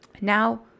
Now